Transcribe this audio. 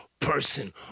person